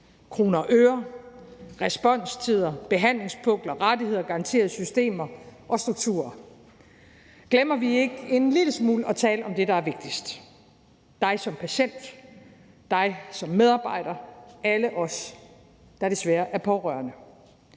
kroner og øre, responstider, behandlingspukler, rettigheder, garantier, systemer og strukturer. Glemmer vi ikke en lille smule at tale om det, der er vigtigst, nemlig dig som patient; dig som medarbejder; alle os, der er pårørende